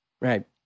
Right